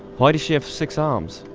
why does she have six arms.